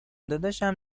داداشم